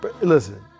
Listen